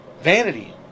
vanity